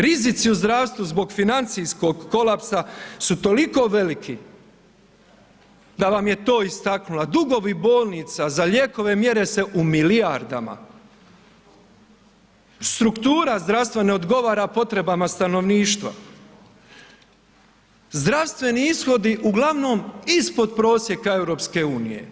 Rizici u zdravstvu zbog financijskog kolapsa su toliko veliki da vam je to istaknula, dugovi bolnica za lijekove mjere se u milijardama, struktura zdravstva ne odgovara potrebama stanovništva, zdravstveni ishodi uglavnom ispod prosjeka EU.